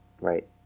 right